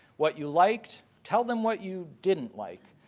what you liked tell them what you didn't like.